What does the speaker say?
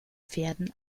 pferden